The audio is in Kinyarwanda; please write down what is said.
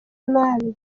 nabi